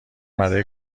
برای